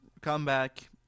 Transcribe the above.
comeback